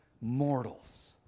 mortals